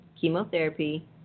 chemotherapy